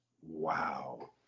wow